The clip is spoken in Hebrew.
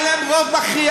היה לכם רוב מכריע,